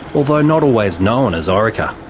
although not always known as orica,